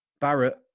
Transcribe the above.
Barrett